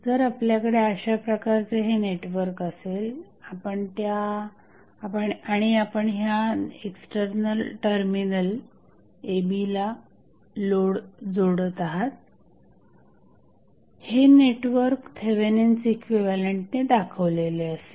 जर आपल्याकडे अशाप्रकारचे हे नेटवर्क असेल आणि आपण ह्या एक्स्टर्नल टर्मिनल a b ला लोड जोडत आहात हे नेटवर्क थेवेनिन्स इक्विव्हॅलंटने दाखवलेले असेल